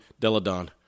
Deladon